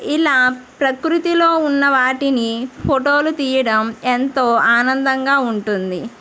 ఇలా ప్రకృతిలో ఉన్న వాటిని ఫోటోలు తీయడం ఎంతో ఆనందంగా ఉంటుంది